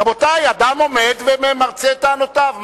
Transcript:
רבותי, אדם עומד ומרצה את טענותיו.